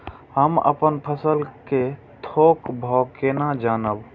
हम अपन फसल कै थौक भाव केना जानब?